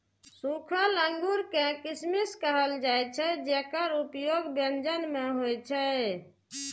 सूखल अंगूर कें किशमिश कहल जाइ छै, जेकर उपयोग व्यंजन मे होइ छै